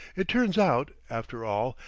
it turns out, after all,